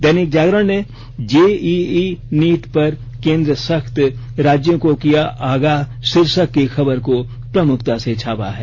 दैनिक जागरण ने JEE NEET पर केन्द्र सख्त राज्यों को किया अगाह शीर्षक की खबर को प्रमुखता से छापा है